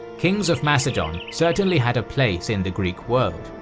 kings of macedon certainly had a place in the greek world.